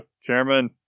chairman